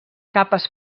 capes